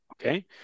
Okay